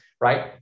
right